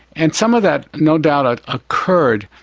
and some of that no doubt ah occurred,